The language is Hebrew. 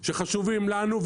שחשובים לנו מידית,